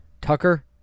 Tucker